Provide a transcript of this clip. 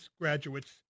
graduates